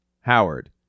Howard